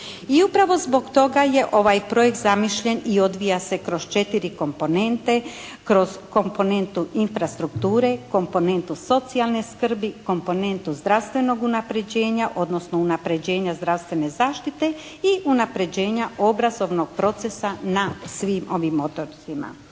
I upravo zbog toga je ovaj projekt zamišljen i odvija se kroz 4 komponente. Kroz komponentu infrastrukture, komponentu socijalne skrbi, komponentu zdravstvenog unapređenja odnosno unapređenja zdravstvene zaštite i unapređenja obrazovnog procesa na svim ovim otocima.